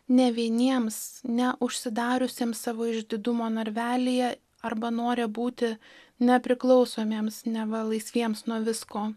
ne vieniems ne užsidariusiems savo išdidumo narvelyje arba nore būti nepriklausomiems neva laisviems nuo visko